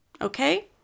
okay